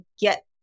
get